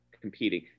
competing